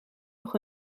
nog